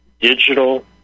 digital